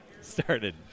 started